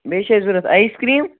بیٚیہِ چھِ اَسہِ ضوٚرَتھ آیِس کرٛیٖم